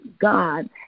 God